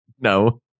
No